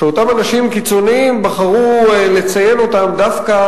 שאותם אנשים קיצוניים בחרו לציין דווקא